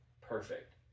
perfect